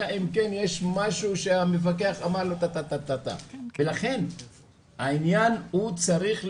אלא אם כן יש משהו שהמפקח אמר לו וכו' ולכן העניין הוא צריך להיות,